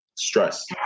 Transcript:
Stress